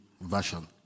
version